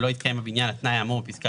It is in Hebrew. ולא התקיים בבניין התנאי האמור בפסקה